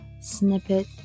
snippet